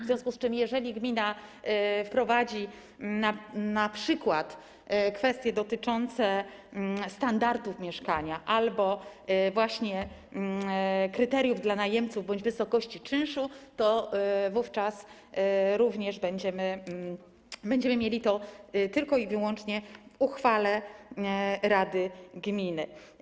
W związku z tym, jeżeli gmina wprowadzi np. kwestie dotyczące standardów mieszkania albo właśnie kryteriów dla najemców bądź wysokości czynszu, to wówczas również będziemy mieli to tylko i wyłącznie w uchwale rady gminy.